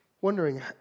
wondering